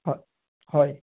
হয় হয়